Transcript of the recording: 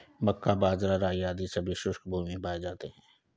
मक्का, बाजरा, राई आदि सभी शुष्क भूमी में ही पाए जाते हैं